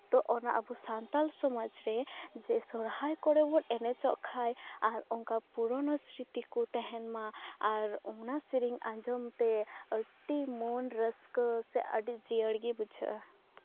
ᱛᱚ ᱟᱵᱚ ᱚᱱᱟ ᱥᱟᱱᱛᱟᱞ ᱥᱚᱢᱟᱡᱽ ᱨᱮ ᱥᱚᱨᱦᱟᱭ ᱠᱚᱨᱮ ᱵᱚᱱ ᱮᱱᱮᱡᱚᱜ ᱠᱷᱟᱱ ᱟᱨ ᱚᱱᱠᱟ ᱯᱩᱨᱳᱱᱳ ᱥᱨᱤᱛᱤ ᱠᱚ ᱛᱟᱦᱮᱱ ᱢᱟ ᱟᱨ ᱚᱱᱟ ᱥᱤᱨᱤᱧ ᱟᱸᱡᱚᱢ ᱛᱮ ᱟᱹᱰᱰᱤ ᱢᱚᱱ ᱨᱟᱹᱥᱠᱟᱹ ᱥᱮ ᱟᱹᱰᱤ ᱡᱤᱭᱟᱹᱲ ᱜᱮ ᱵᱩᱡᱷᱟᱹᱜᱼᱟ